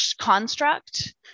construct